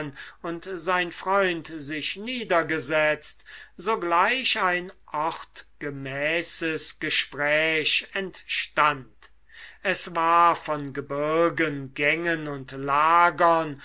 und sein freund sich niedergesetzt sogleich ein ortgemäßes gespräch entstand es war von gebirgen gängen und lagern